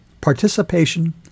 participation